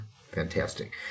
Fantastic